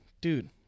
Dude